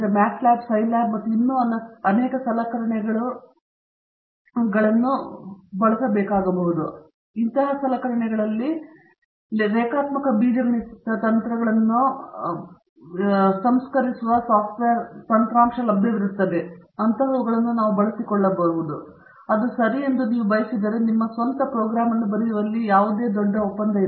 ಉದಾಹರಣೆಗೆ MATLAB Scilab ಮತ್ತು ಇನ್ನೂ ಅನೇಕ ಸಲಕರಣೆಗಳು ಲಭ್ಯವಿರುವ ರೇಖಾತ್ಮಕ ಬೀಜಗಣಿತ ತಂತ್ರಗಳನ್ನು ನಾವು ಬಳಸಿಕೊಳ್ಳಬಹುದು ಅಥವಾ ಅದು ಸರಿ ಎಂದು ನೀವು ಬಯಸಿದರೆ ನಿಮ್ಮ ಸ್ವಂತ ಪ್ರೋಗ್ರಾಂ ಅನ್ನು ಬರೆಯುವಲ್ಲಿ ಯಾವುದೇ ದೊಡ್ಡ ಒಪ್ಪಂದ ಇಲ್ಲ